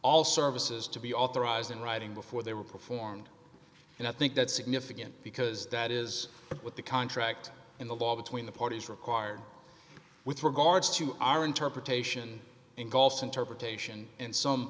all services to be authorized in writing before they were performed and i think that's significant because that is what the contract in the law between the parties required with regards to our interpretation engulfs interpretation and some